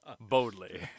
Boldly